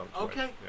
okay